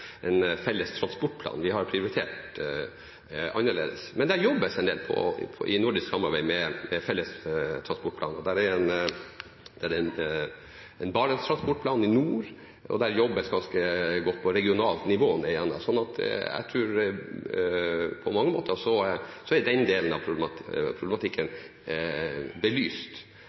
en felles transportplan. Vi har prioritert annerledes. Men det jobbes en del innen det nordiske samarbeidet med felles transportplaner. Det er en Barents-transportplan i nord, og det jobbes ganske godt nedigjennom på regionalt nivå. Så jeg tror den delen av problematikken på mange måter er belyst.